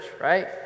Right